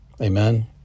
amen